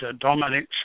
Dominic